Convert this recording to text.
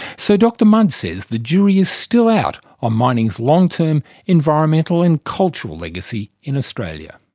so dr mudd says the jury is still out on mining's long term environmental and cultural legacy in australia.